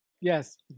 yes